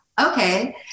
okay